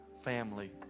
family